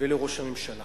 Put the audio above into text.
ולראש הממשלה